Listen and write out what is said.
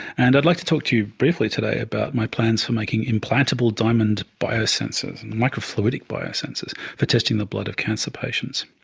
and like to talk to you briefly today about my plans for making implantable diamond biosensors, microfluidic biosensors for testing the blood of cancer patients.